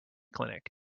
clinic